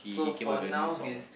so for now his